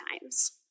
times